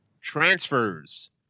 Transfers